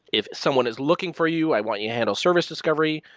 if someone is looking for you, i want you to handle service discovery.